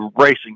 racing